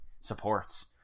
supports